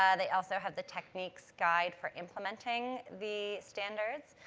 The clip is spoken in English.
um they also have the techniques guide for implementing the standards.